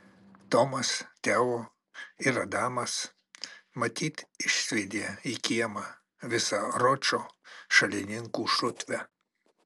tomas teo ir adamas matyt išsviedė į kiemą visą ročo šalininkų šutvę